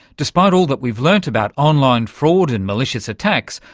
despite all that we've learnt about online fraud and malicious attacks,